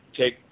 take